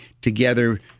together